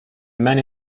man